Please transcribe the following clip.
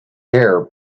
air